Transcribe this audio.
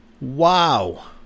Wow